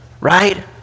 right